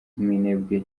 minembwe